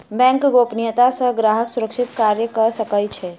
bank गोपनियता सॅ ग्राहक सुरक्षित कार्य कअ सकै छै